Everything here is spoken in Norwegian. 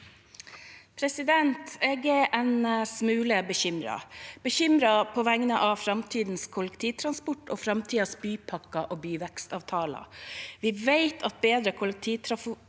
Jeg er en smule be- kymret – bekymret på vegne av framtidens kollektivtransport og framtidens bypakker og byvekstavtaler. Vi vet at bedre kollektivtrafikk